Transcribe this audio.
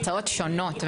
הצעות שונות.